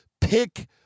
Pick